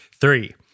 Three